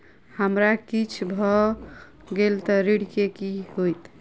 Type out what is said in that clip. हमरा किछ भऽ गेल तऽ ऋण केँ की होइत?